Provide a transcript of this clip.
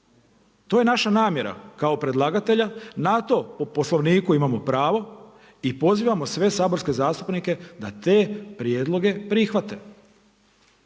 To je naša namjera kao predlagatelja, na to po Poslovniku imamo pravo i pozivamo sve saborske zastupnike da te prijedloge prihvate.